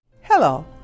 Hello